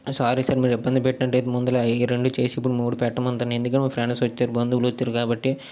sorry sir మరి ఇబ్బంది పెట్టినట్లు అయితే ముందుగా ఈ రెండు చేసి ఇప్పుడు ఈ మూడు పెట్టమంటాను ఎందుకంటే కాబట్టి మా ఫ్రెండ్స్ వచ్చారు బంధువులు వచ్చారు కాబట్టి